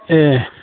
एह